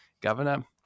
Governor